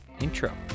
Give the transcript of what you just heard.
intro